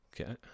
Okay